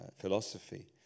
philosophy